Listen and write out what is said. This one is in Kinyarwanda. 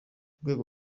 rwego